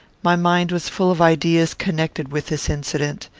my mind was full of ideas connected with this incident.